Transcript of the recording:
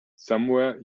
somewhere